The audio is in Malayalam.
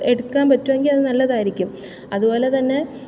എടുക്കാൻ പറ്റുമെങ്കിൽ അത് നല്ലതായിരിക്കും അതുപോലെത്തന്നെ